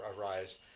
arise